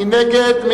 מי נגד?